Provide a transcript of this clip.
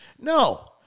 No